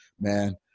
man